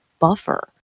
buffer